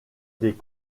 des